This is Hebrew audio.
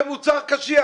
זה מוצר קשיח.